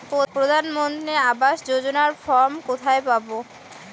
প্রধান মন্ত্রী আবাস যোজনার ফর্ম কোথায় পাব?